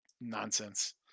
nonsense